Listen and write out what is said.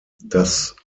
das